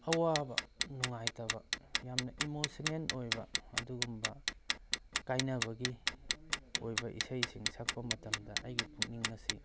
ꯑꯋꯥꯕ ꯅꯨꯡꯉꯥꯏꯇꯕ ꯌꯥꯝꯅ ꯏꯃꯣꯁꯅꯦꯜ ꯑꯣꯏꯕ ꯑꯗꯨꯒꯨꯝꯕ ꯀꯥꯏꯅꯕꯒꯤ ꯑꯣꯏꯕ ꯏꯁꯩꯁꯤꯡ ꯁꯛꯄ ꯃꯇꯝꯗ ꯑꯩꯒꯤ ꯄꯨꯛꯅꯤꯡ ꯑꯁꯤ